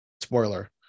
spoiler